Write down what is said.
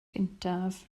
gyntaf